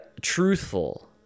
truthful